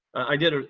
i did, ah